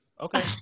Okay